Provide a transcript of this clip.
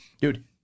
Dude